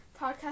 podcast